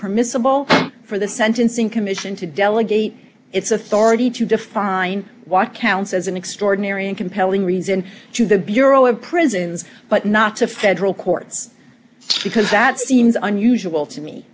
permissible for the sentencing commission to delegate its authority to define what counts as an extraordinary and compelling reason to the bureau of prisons but not to federal courts because that seems unusual to me